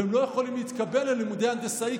והם לא יכולים להתקבל ללימודי הנדסאי,